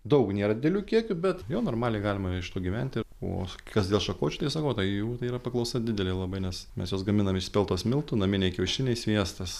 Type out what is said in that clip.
daug nėra didelių kiekių bet jau normaliai galima iš to gyventi o kas dėl šakočių tai sakau tai jų yra paklausa didelė labai nes mes juos gaminam iš speltos miltų naminiai kiaušiniai sviestas